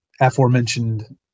aforementioned